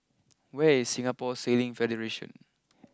where is Singapore Sailing Federation